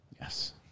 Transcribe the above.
Yes